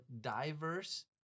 diverse